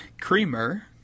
creamer